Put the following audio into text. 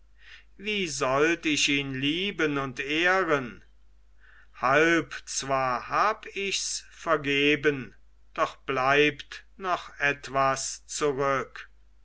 wie sollt ich ihn lieben und ehren halb zwar hab ichs vergeben doch bleibt noch etwas zurücke